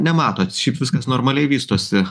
nematot šiaip viskas normaliai vystosi